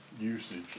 usage